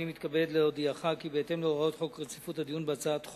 הריני מתכבד להודיעכם כי בהתאם להוראות חוק רציפות הדיון בהצעות חוק,